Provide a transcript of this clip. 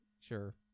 Sure